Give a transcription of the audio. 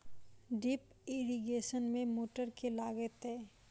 Drip irrigation मे motor केँ लागतै?